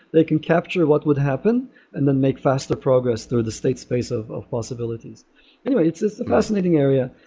they can capture what would happen and then make faster progress through the state space of of possibilities anyway, it's just a fascinating area.